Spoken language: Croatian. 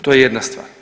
To je jedna stvar.